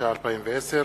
התש"ע 2010,